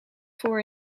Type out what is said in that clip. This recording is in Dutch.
voor